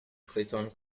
clayton